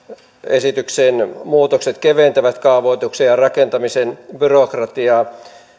esityksen muutokset keventävät kaavoituksen ja rakentamisen byrokratiaa